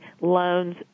loans